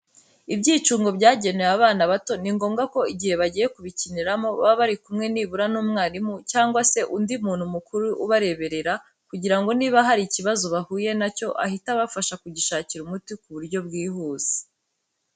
Ibyicungo byagenewe abana bato, ni ngombwa ko igihe bagiye kubikiniramo, baba bari kumwe nibura n'umwarimu cyangwa se undi muntu mukuru ubareberera kugira ngo niba hari ikibazo bahuye na cyo ahite abafasha kugishakira umuti ku buryo bwihuse.